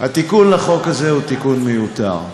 התיקון לחוק הזה הוא תיקון מיותר,